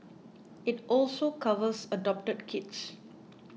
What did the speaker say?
it also covers adopted kids